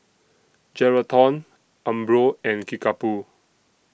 Geraldton Umbro and Kickapoo